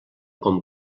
com